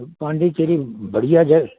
पांडुचेरी बढ़िया जाए